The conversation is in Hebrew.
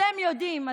אתם יודעים,